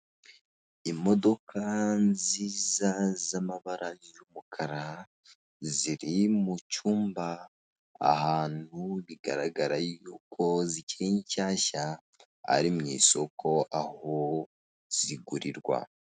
Imodoka nziza z'amabara y'umukara, ziri mu cyumba ahantu bigaragara yuko zikiri nshyashya, ari mu isoko aho zigurirwa.